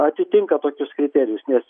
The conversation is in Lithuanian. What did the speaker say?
atitinka tokius kriterijus nes